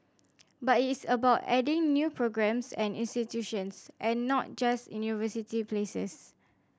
but it is about adding new programmes and institutions and not just university places